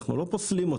אנחנו לא פוסלים אותו.